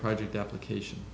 project application